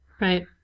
Right